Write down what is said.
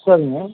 சரிங்க